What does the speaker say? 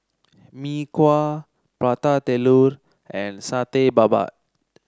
Mee Kuah Prata Telur and Satay Babat